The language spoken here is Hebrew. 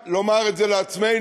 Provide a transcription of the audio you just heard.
לומר את זה גם לעצמנו,